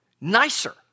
nicer